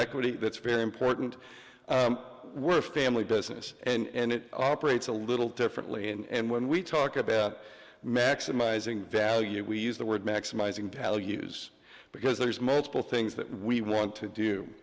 equity that's very important we're family business and it operates a little differently and when we talk about maximizing value we use the word maximizing pal use because there's multiple things that we want to